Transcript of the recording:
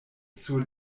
sur